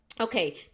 Okay